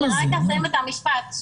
רק אסיים את המשפט.